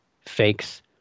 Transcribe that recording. fakes